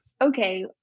okay